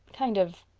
kind of.